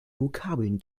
vokabeln